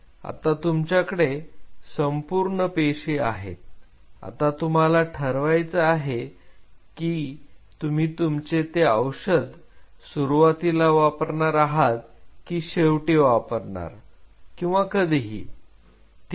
आता तुमच्याकडे संपूर्ण पेशी आहेत आता तुम्हाला ठरवायचं आहे की तुम्ही तुमचे ते औषध सुरुवातीला वापरणार आहात की शेवटी वापरणार किंवा कधीही ठीक आहे